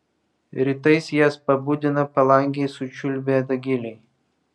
rytais jas pabudina palangėj sučiulbę dagiliai